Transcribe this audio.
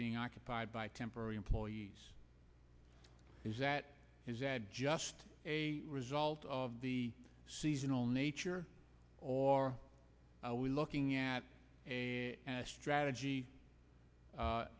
being occupied by temporary employees is that just a result of the seasonal nature or are we looking at a strategy